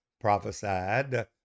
prophesied